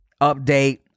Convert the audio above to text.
update